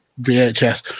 VHS